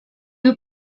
you